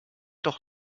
doch